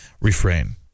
refrain